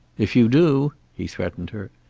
if you do! he threatened her.